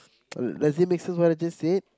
does it make sense what I just said